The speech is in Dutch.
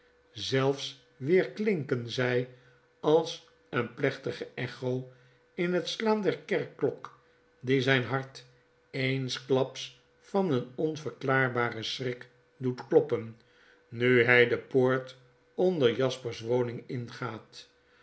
zelfs weerklinken zy als een plechtige echo in het slaan der kerkklok die zijn hart eensklaps van een onverklaarbaren schrik doet kloppen nu hij de poort onder jasper's woning ingaat